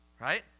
Right